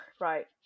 Right